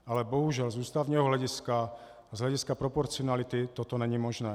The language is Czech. Ale bohužel z ústavního hlediska, z hlediska proporcionality toto není možné.